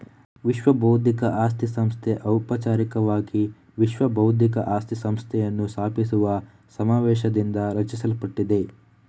ವಿಶ್ವಬೌದ್ಧಿಕ ಆಸ್ತಿ ಸಂಸ್ಥೆ ಔಪಚಾರಿಕವಾಗಿ ವಿಶ್ವ ಬೌದ್ಧಿಕ ಆಸ್ತಿ ಸಂಸ್ಥೆಯನ್ನು ಸ್ಥಾಪಿಸುವ ಸಮಾವೇಶದಿಂದ ರಚಿಸಲ್ಪಟ್ಟಿದೆ